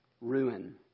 ruin